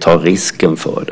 ta risken för det.